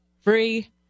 free